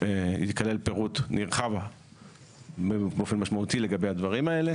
פירוט נרחב באופן משמעותי לגבי הדברים האלה.